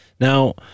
now